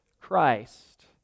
Christ